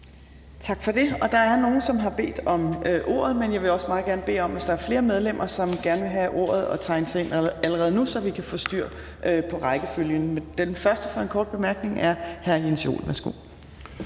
Tak for det. Der er nogle, som har bedt om ordet. Jeg vil også gerne bede om, hvis der er flere medlemmer, der vil have ordet, at de tegner sig ind allerede nu, så vi kan få styr på rækkefølgen. Den første med en kort bemærkning er hr. Jens Joel. Værsgo.